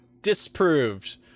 Disproved